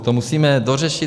To musíme dořešit.